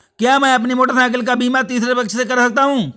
क्या मैं अपनी मोटरसाइकिल का बीमा तीसरे पक्ष से करा सकता हूँ?